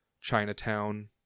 Chinatown